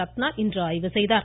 ரத்னா இன்று ஆய்வு செய்தார்